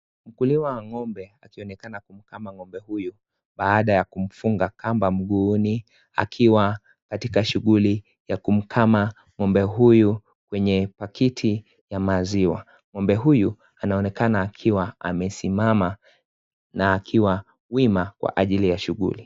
Mkulima wa ng'ombe, akionekana kumkama ng'ombe huyu, baada ya kumfunga kamba mguuni akiwa katika shughuli ya kumkama ng'ombe huyu kwenye pakiti ya maziwa. Ng'ombe huyu, anaonekana akiwa amesimama na akiwa wima kwa ajili ya shughuli.